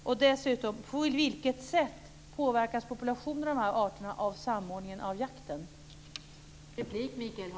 För det andra: På vilket sätt påverkas populationerna av de här arterna av samordningen av jakten?